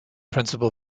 principal